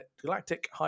galactic